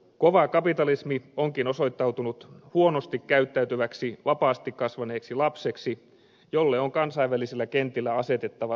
kova kapitalismi onkin osoittautunut huonosti käyttäytyväksi vapaasti kasvaneeksi lapseksi jolle on kansainvälisillä kentillä asetettava selvät rajat